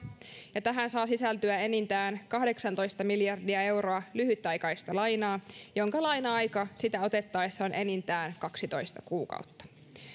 ja tähän saa sisältyä enintään kahdeksantoista miljardia euroa lyhytaikaista lainaa jonka laina aika sitä otettaessa on enintään kaksitoista kuukautta